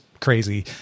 crazy